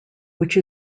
which